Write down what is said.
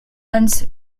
hans